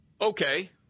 Okay